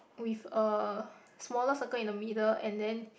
with a smaller circle in the middle and then